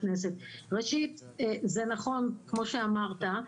ראשית זה נכון כמו שאמרת,